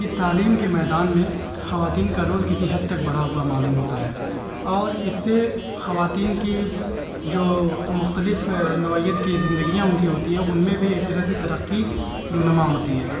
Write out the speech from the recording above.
کہ تعلیم کے میدان میں خواتین کا رول کسی حد تک بڑھا ہوا معلوم ہوتا ہے اور اس سے خواتین کی جو مختلف نوعیت کی زندگیاں ان کی ہوتی ہیں ان میں بھی ایک طرح سے ترقی رونما ہوتی ہے